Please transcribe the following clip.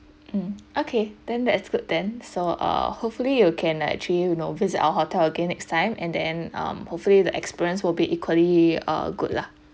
mm okay then that's good then so uh hopefully you can actually you know visit our hotel again next time and the end um hopefully the experience will be equally err good lah